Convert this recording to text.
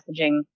messaging